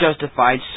justified